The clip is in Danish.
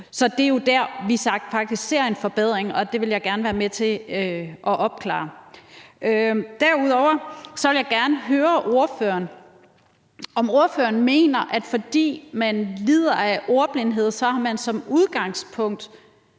Så det er der, vi faktisk ser en forbedring, og det vil jeg gerne være med til at opklare. Derudover vil jeg gerne høre ordføreren, om ordføreren mener, at man, fordi man lider af ordblindhed, som udgangspunkt